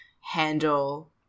handle